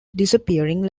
disappearing